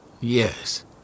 Yes